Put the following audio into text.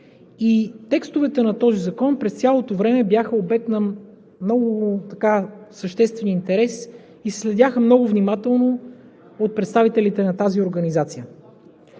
Текстовете на Закона през цялото време бяха обект на много съществен интерес и се следяха много внимателно от представителите на тази организация.